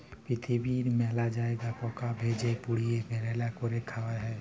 পিরথিবীর মেলা জায়গায় পকা ভেজে, পুড়িয়ে, রাল্যা ক্যরে খায়া হ্যয়ে